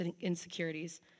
insecurities